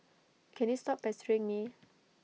can you stop pestering me